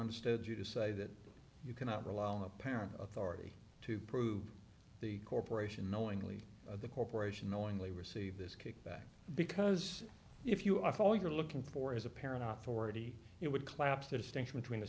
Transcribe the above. understood you to say that you cannot rely on the parent authority to prove the corporation knowingly the corporation knowingly received this kickback because if you are all you're looking for is a parent off already it would collapse the distinction between